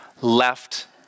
left